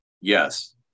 Yes